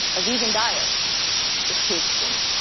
a vegan diet is too extreme,